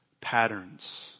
patterns